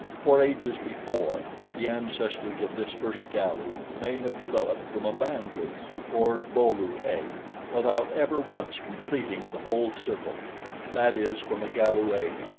for ages before, the ancestors of this first galu may have developed from a band-lu or bo-lu egg without ever once completing the whole circle that is from a galu egg,